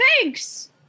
thanks